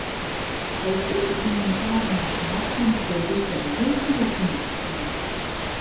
o šiaip humanitariniams mokslams gal reikia mažiau suvokimo pastangų